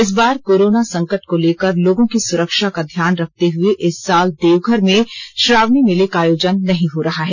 इस बार कोरोना संकट को लेकर लोगों की सुरक्षा का ध्यान रखते हुए इस साल देवघर में श्रावणी मेले का आयोजन नहीं हो रहा है